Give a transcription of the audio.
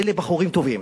אלה בחורים טובים,